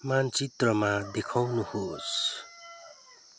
मानचित्रमा देखाउनुहोस्